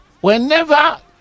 whenever